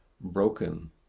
broken